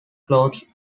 clothes